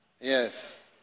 Yes